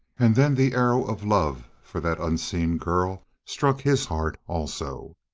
and then the arrow of love for that unseen girl struck his heart also.